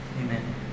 amen